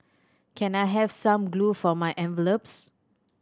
can I have some glue for my envelopes